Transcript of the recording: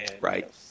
Right